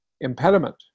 impediment